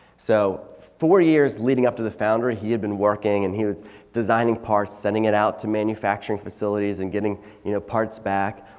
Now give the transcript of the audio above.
so four years leading up to the foundry, he had been working and he was designing parts. sending it out to manufacturing facilities and getting you know parts back.